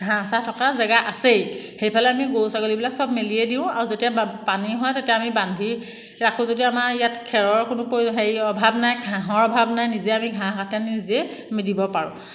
ঘাঁহ চাঁহ থকা জেগা আছেই সেইফালে আমি গৰু ছাগলীবিলাক চব মেলিয়ে দিওঁ আৰু যেতিয়া পানী হয় তেতিয়া আমি বান্ধি ৰাখোঁ যদিও আমাৰ ইয়াত খেৰৰ কোনো প্ৰয়ো হেৰিৰ অভাৱ নাই ঘাঁহত অভাৱ নাই নিজে আমি ঘাঁহ কাটি আনি নিজে আমি দিব পাৰোঁ